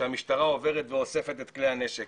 שהמשטרה עוברת ואוספת את כלי הנשק.